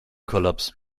kollaps